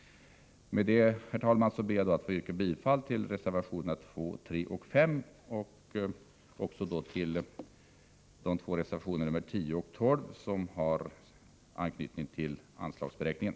Herr talman! Med det anförda ber jag att få yrka bifall till reservationerna 2, 3 och 5 samt också till reservationerna 10 och 12, som har anknytning till anslagsberäkningen.